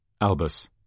Albus